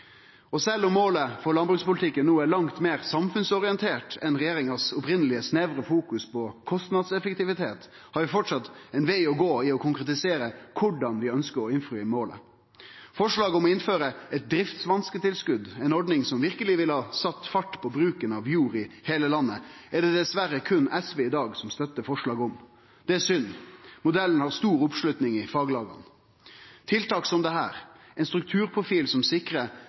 landet. Sjølv om målet for landbrukspolitikken no er langt meir samfunnsorientert enn regjeringas opphavelege snevre fokusering på kostnadseffektivitet, har vi framleis ein veg å gå i å konkretisere korleis vi ønskjer å innfri målet. Forslaget om å innføre eit driftsvansketilskot, ei ordning som verkeleg ville ha sett fart i bruken av jord i heile landet, er det dessverre berre SV som støttar i dag. Det er synd. Modellen har stor oppslutning i faglaga. Tiltak som dette – ein strukturprofil som sikrar